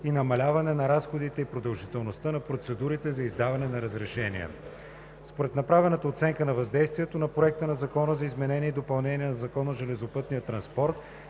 и намаляване на разходите и продължителността на процедурите за издаване на разрешения. Според направената оценка на въздействието на проекта на Закона за изменение и допълнение на Закона за железопътния транспорт